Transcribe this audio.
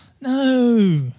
No